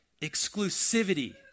exclusivity